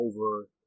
over